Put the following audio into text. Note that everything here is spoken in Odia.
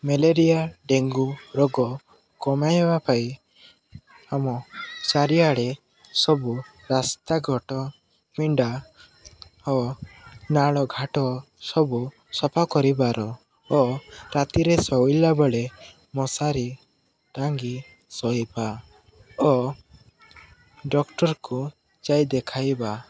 ମ୍ୟାଲେରିଆ ଡେଙ୍ଗୁ ରୋଗ କମାଇବା ପାଇଁ ଆମ ଚାରିଆଡ଼େ ସବୁ ରାସ୍ତାଘାଟ ପିଣ୍ଡା ଓ ନାଳଘାଟ ସବୁ ସଫା କରିବାର ଓ ରାତିରେ ଶୋଇଲା ବେଳେ ମଶାରି ଟାଙ୍ଗି ଶୋଇବା ଓ ଡକ୍ଟରକୁ ଯାଇ ଦେଖାଇବା